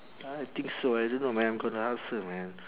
I think so I don't know man I'm gonna ask her man